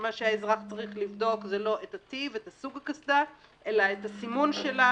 מה שהאזרח צריך לבדוק זה לא את הטיב ואת סוג הקסדה אלא את הסימון שלה